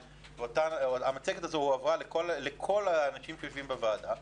והיא הועברה לכל האנשים שיושבים בוועדה,